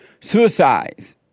suicides